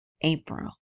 April